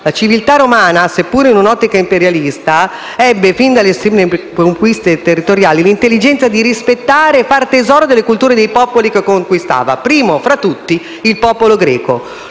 La civiltà romana, seppur in un'ottica imperialista, ebbe fin dalle sue prime conquiste territoriali l'intelligenza di rispettare e fare tesoro delle culture dei popoli che conquistava, primo fra tutti il popolo greco.